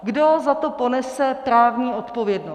Kdo za to ponese právní odpovědnost?